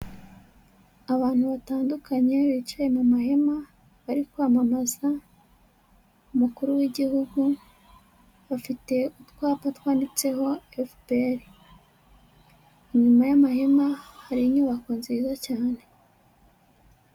Abantu batandukanye bicaye mu mahema, bari kwamamaza umukuru w'igihugu bafite utwapa twanditseho FPR, inyuma y'amahema hari inyubako nziza cyane.